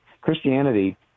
Christianity